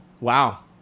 wow